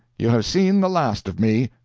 you have seen the last of me.